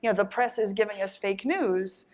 you know the press is giving us fake news,